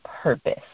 purpose